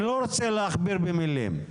אני לא רוצה להכביר במילים.